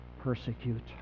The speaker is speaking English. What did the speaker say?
persecute